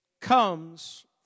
comes